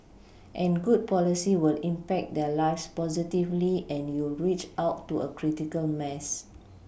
a good policy will impact their lives positively and you'll reach out to a critical mass